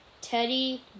Teddy